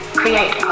create